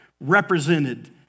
represented